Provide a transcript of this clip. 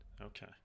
Okay